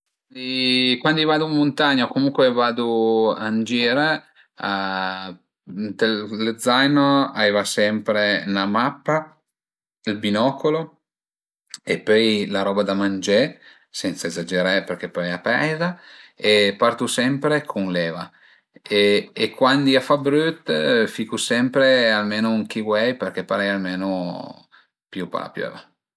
Mi cuandi vadu ën muntagna o comuncue vadu ën gir ën lë zaino a i va sempre 'na mappa, ël binocolo e pöi la roba da mangé, sensa ezageré perché pöi a peiza e partu sempre cun l'eva e cuandi a fa brüt ficu sempre almeno ün k-way perché parei almenu pìu pa la piöva